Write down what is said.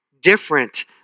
different